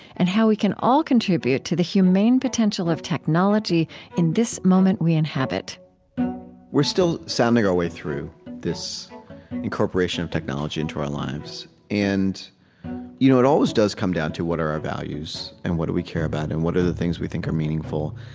and how we can all contribute to the humane potential of technology in this moment we inhabit we're still sounding our way through this incorporation of technology into our lives. and you know it always does come down to what are our values? and what do we care about? and what are the things we think are meaningful?